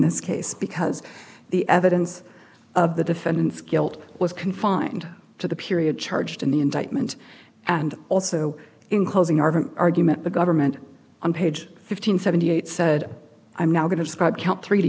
this case because the evidence of the defendant's guilt was confined to the period charged in the indictment and also in closing argument argument the government on page fifteen seventy eight said i'm now going to describe count three to